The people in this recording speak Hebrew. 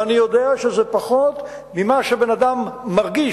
ואני יודע שזה פחות ממה שבן-אדם מרגיש,